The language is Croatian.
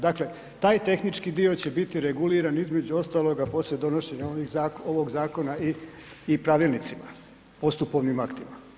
Dakle, taj tehnički dio će biti reguliran između ostaloga poslije donošenja ovog zakona i pravilnicima, postupovnim aktima.